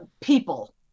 people